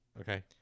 Okay